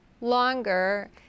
longer